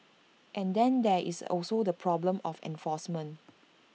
and then there is also the problem of enforcement